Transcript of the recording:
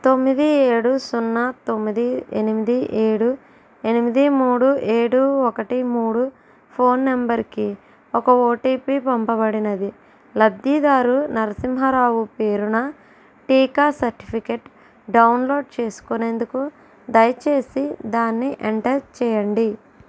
తొమ్మిది ఏడు సున్నా తొమ్మిది ఎనిమిది ఏడు ఎనిమిది మూడు ఏడు ఒకటి మూడు ఫోన్ నెంబర్ కి ఒక ఓటీపి పంపబడినది లబ్ధిదారు నరసింహారావు పేరున టీకా సర్టిఫికెట్ డౌన్లోడ్ చేసుకునేందుకు దయచేసి దాన్ని ఎంటర్ చెయ్యండి